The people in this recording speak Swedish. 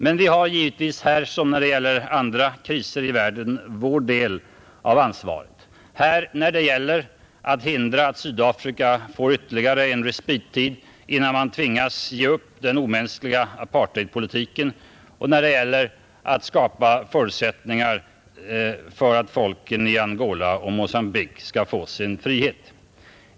Men vi har givetvis som när det gäller andra kriser i världen vår del av ansvaret, i det här fallet när det gäller att hindra att Sydafrika får ytterligen en respittid innan man där tvingas ge upp den omänskliga apartheidpolitiken och när det gäller att skapa förutsättningar för att folken i Angola och Mogambique skall få sin frihet.